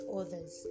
others